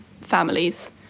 families